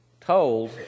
told